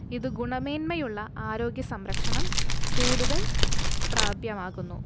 ഇത് ഗുണമേന്മയുള്ള ആരോഗ്യ സംരക്ഷണം കൂടുതൽ പ്രാപ്യമാക്കുന്നു